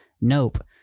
Nope